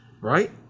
right